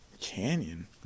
Canyon